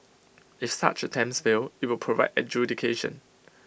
if such attempts fail IT will provide adjudication